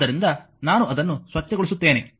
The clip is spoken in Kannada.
ಆದ್ದರಿಂದ ನಾನು ಅದನ್ನು ಸ್ವಚ್ಛಗೊಳಿಸುತ್ತೇನೆ